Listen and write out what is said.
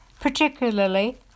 particularly